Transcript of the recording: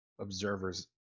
observers